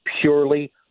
purely